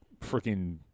freaking